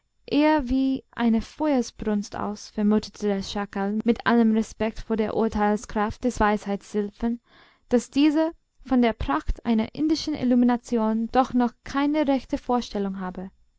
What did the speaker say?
eher wie eine feuersbrunst aus vermutete der schakal mit allem respekt vor der urteilskraft des weisheitsilfen daß dieser von der pracht einer indischen illumination doch noch keine rechte vorstellung habe